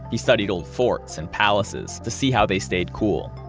he studied old forts and palaces to see how they stayed cool.